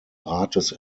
rates